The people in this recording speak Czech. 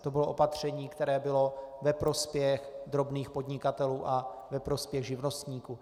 To bylo opatření, které bylo ve prospěch drobných podnikatelů a ve prospěch živnostníků.